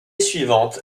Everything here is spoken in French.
suivante